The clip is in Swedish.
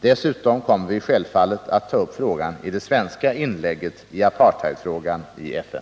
Dessutom kommer vi självfallet att ta upp frågan i det svenska inlägget i apartheidfrågan i FN.